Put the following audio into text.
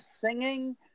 singing